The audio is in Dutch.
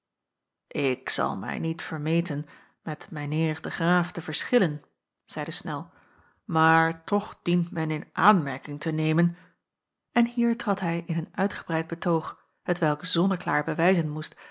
ik zal mij niet vermeten met mijn heer den graaf te verschillen zeide snel maar toch dient men in aanmerking te nemen en hier trad hij in een uitgebreid betoog hetwelk zonneklaar bewijzen moest